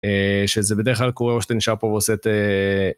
שזה בדרך כלל קורה או שאתה נשאר פה ועושה את